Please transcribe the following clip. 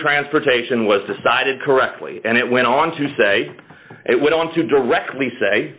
transportation was decided correctly and it went on to say it went on to directly say